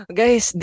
guys